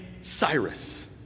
Cyrus